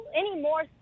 anymore